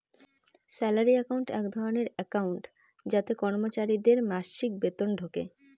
salary account এক ধরনের account যাতে কর্মচারীদের মাসিক বেতন ঢোকে